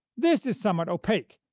this is somewhat opaque.